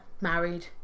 Married